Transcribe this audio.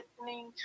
listening